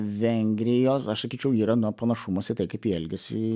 vengrijos aš sakyčiau yra no panašumas į tai kaip jie elgėsi